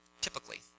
typically